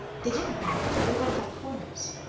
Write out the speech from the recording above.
they didn't wind. they went by corners.